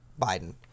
Biden